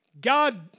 God